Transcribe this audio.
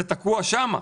זה תקוע שם.